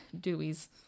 Dewey's